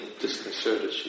disconcerted